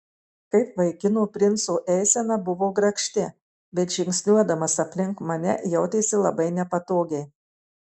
kaip vaikino princo eisena buvo grakšti bet žingsniuodamas aplink mane jautėsi labai nepatogiai